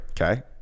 okay